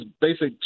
basic